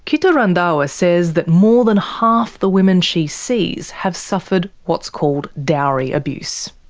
kittu randhawa says that more than half the women she sees have suffered what's called dowry abuse.